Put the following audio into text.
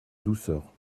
douceur